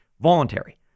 voluntary